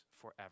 forever